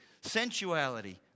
sensuality